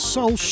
Soul